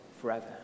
forever